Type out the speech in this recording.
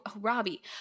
Robbie